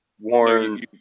Warn